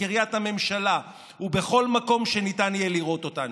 בקריית הממשלה ובכל מקום שניתן יהיה לראות אותנו.